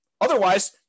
Otherwise